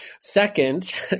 Second